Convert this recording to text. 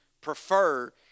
prefer